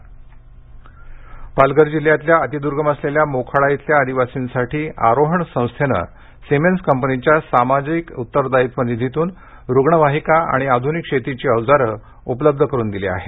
मदत पालघर पालघर जिल्ह्यातल्या अतिर्द्र्गम असलेल्या मोखाड्या इथल्या आदिवासींसाठी आरोहण संस्थेनं सिमेन्स कंपनीच्या सामाजिक उत्तरदायित्व निधीतून रुग्णवाहिका आणि आधूनिक शेतीची औजारे ऊपलब्ध करून दिली आहेत